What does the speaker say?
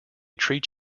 treat